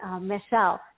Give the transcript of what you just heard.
Michelle